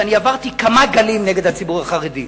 ואני עברתי כמה גלים נגד הציבור החרדי.